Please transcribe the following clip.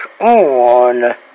on